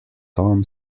tom